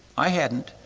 i hadn't.